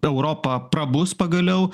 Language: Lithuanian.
europa prabus pagaliau